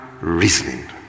reasoning